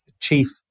chief